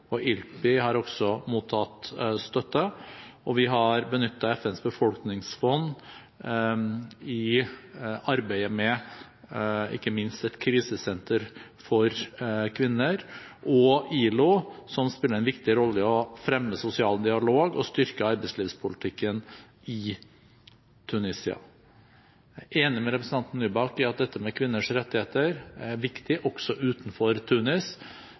og International Law and Policy Institute, ILPI, har også mottatt støtte, og vi har benyttet FNs befolkningsfond i arbeidet med ikke minst et krisesenter for kvinner – og ILO, som spiller en viktig rolle for å fremme sosial dialog og styrke arbeidslivspolitikken i Tunisia. Jeg er enig med representanten Nybakk i at dette med kvinners rettigheter er viktig også utenfor Tunis.